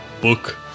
book